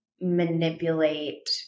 manipulate